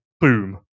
boom